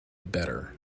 better